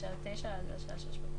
משעה 21:00 עד השעה 6:00 בבוקר.